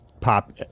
pop